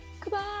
goodbye